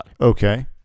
Okay